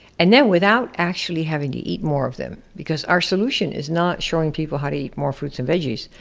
and then without actually having to eat more of them. because our solution is not showing people how to eat more fruits and veggies.